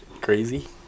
Crazy